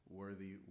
worthy